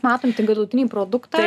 matom tik galutinį produktą